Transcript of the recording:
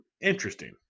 interesting